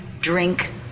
drink